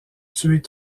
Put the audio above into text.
tuer